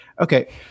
Okay